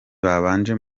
babanje